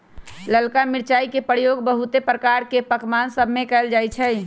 ललका मिरचाई के प्रयोग बहुते प्रकार के पकमान सभमें कएल जाइ छइ